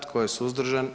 Tko je suzdržan?